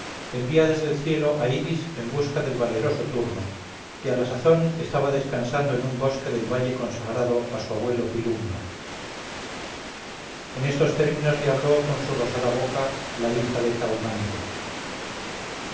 envía desde el cielo a iris en busca del valeroso turno que a la sazón estaba descansando en un bosque del valle consagrado a su abuelo pilumno en estos términos le habló con su rosada boca la hija de